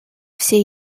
всей